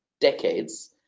decades